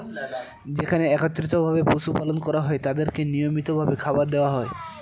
যেখানে একত্রিত ভাবে পশু পালন করা হয় তাদেরকে নিয়মিত ভাবে খাবার দেওয়া হয়